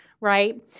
right